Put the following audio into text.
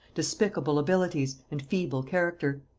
despicable abilities, and feeble character.